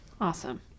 Awesome